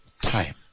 Time